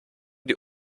die